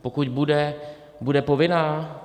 Pokud bude, bude povinná?